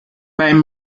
beim